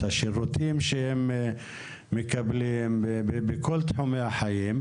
השירותים שהם מקבלים בכל תחומי החיים.